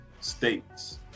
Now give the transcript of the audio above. states